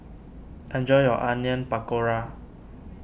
enjoy your Onion Pakora